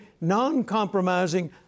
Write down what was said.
non-compromising